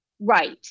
Right